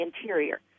interior